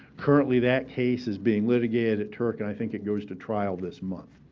currently, that case is being litigated at terc, and i think it goes to trial this month.